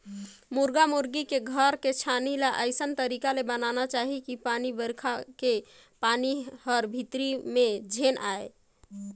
मुरगा मुरगी के घर के छानही ल अइसन तरीका ले बनाना चाही कि पानी बइरखा के पानी हर भीतरी में झेन आये